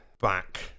back